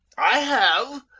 i have.